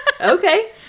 Okay